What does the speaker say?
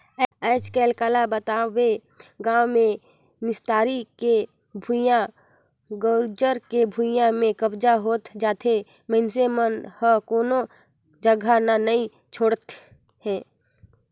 आजकल काला बताबे गाँव मे निस्तारी के भुइयां, गउचर के भुइयां में कब्जा होत जाथे मइनसे मन ह कोनो जघा न नइ छोड़त हे